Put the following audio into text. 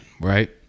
right